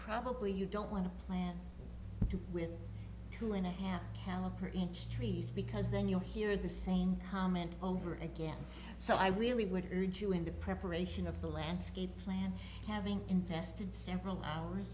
probably you don't want to plan with two and a half caliber industries because then you hear the same comment over again so i really would urge you in the preparation of the landscape plan having invested several hours